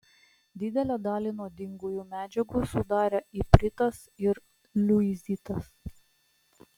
didelę dalį nuodingųjų medžiagų sudarė ipritas ir liuizitas